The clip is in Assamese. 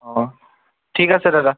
অ ঠিক আছে দাদা